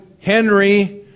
Henry